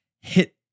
hit